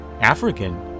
African